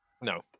No